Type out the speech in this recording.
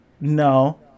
No